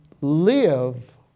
live